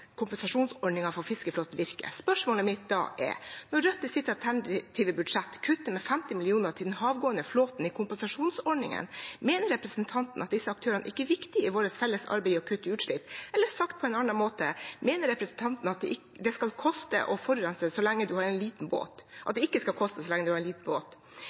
for fiskeflåten virker. Spørsmålet mitt da er: Når Rødt i sitt alternative budsjett kutter med 50 mill. kr til den havgående flåten i kompensasjonsordningen, mener representanten at disse aktørene ikke er viktige i vårt felles arbeid med å kutte utslipp? Eller sagt på en annen måte: Mener representanten at det ikke skal koste å forurense så lenge man har en liten båt? Og er representanten enig i at